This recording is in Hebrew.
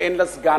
ואין לה סגן,